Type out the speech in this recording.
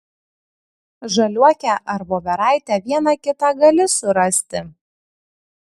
žaliuokę ar voveraitę vieną kitą gali surasti